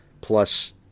plus